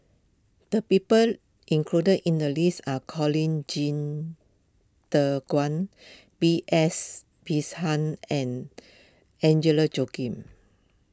the people included in the list are Colin Qi Zhe Quan B S and Agnes Joaquim